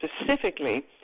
specifically